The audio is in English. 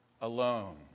Alone